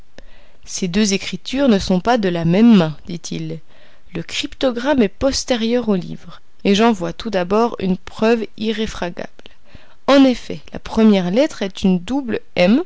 ces deux écritures ne sont pas de la même main dit-il le cryptogramme est postérieur au livre et j'en vois tout d'abord une preuve irréfragable en effet la première lettre est une double